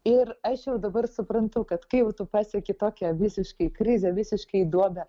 ir aš jau dabar suprantu kad kai jau tu pasieki tokią visiškai krizę visiškai duobę